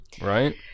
Right